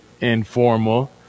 informal